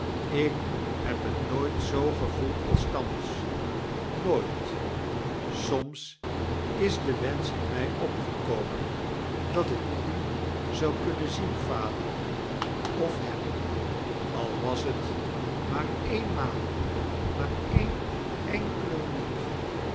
ik heb het nooit zoo gevoeld als thans nooit soms is de wensch in mij opgekomen dat ik u zou kunnen zien vader of hem al was het maar eenmaal maar eene enkele